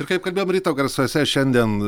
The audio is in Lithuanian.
ir kaip kalbėjom ryto garsuose šiandien